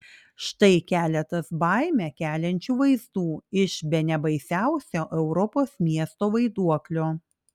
štai keletas baimę keliančių vaizdų iš bene baisiausio europos miesto vaiduoklio